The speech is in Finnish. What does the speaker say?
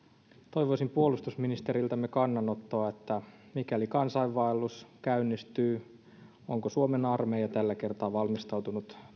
toivoisin puolustusministeriltämme kannanottoa että mikäli kansainvaellus käynnistyy onko suomen armeija tällä kertaa valmistautunut